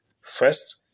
First